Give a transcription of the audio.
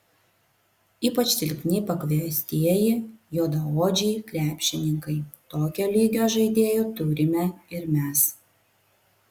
ypač silpni pakviestieji juodaodžiai krepšininkai tokio lygio žaidėjų turime ir mes